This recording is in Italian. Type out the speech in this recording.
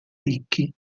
ricchi